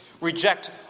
reject